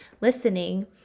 listening